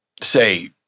say